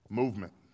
movement